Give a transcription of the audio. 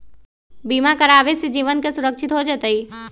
बीमा करावे से जीवन के सुरक्षित हो जतई?